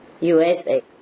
USA